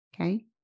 okay